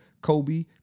Kobe